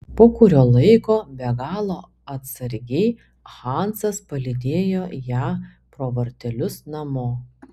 po kurio laiko be galo atsargiai hansas palydėjo ją pro vartelius namo